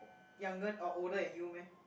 younger or older than you meh